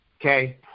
Okay